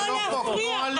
לא להפריע,